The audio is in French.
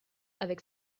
avec